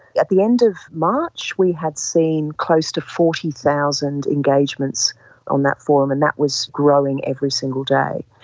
at the end of march we had seen close to forty thousand engagements on that forum and that was growing every single day.